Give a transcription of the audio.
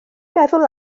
meddwl